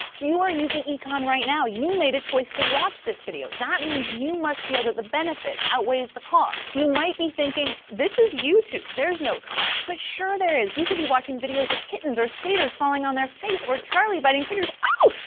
ah you are using econ right now, you made a choice to watch this video, that means you you must feel that the benefit outweighs the cost. you might be thinking this is youtube, there's no cost, but sure there is. you could be watching videos of kittens or skaters falling on their face or charlie biting fingers. ow!